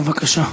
בבקשה.